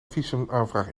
visumaanvraag